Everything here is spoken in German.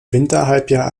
winterhalbjahr